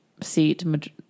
seat